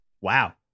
Wow